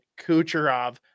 Kucherov